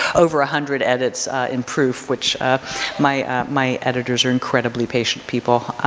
over a hundred edits in proof, which my my editors are incredibly patient people.